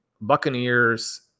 Buccaneers